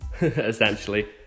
essentially